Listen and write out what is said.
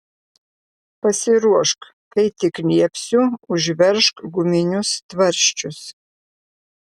pasiruošk kai tik liepsiu užveržk guminius tvarsčius